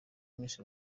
miss